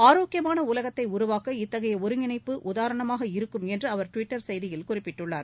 ஆரோக்கியமான உலகத்தை உருவாக்க இத்தகைய ஒருங்கிணைப்பு உதாரணமாக இருக்கும் என்று அவர் டிவிட்டர் செய்தியில் குறிப்பிட்டுள்ளார்